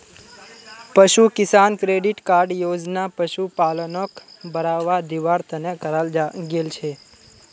पशु किसान credit card योजना पशुपालनक बढ़ावा दिवार तने कराल गेल छे